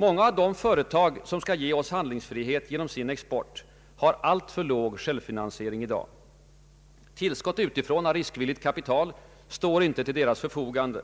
Många av de företag som skall ge oss handlingsfrihet genom sin export har i dag alltför låg självfinansiering. Tillskott utifrån av riskvilligt kapital står inte till deras förfogande.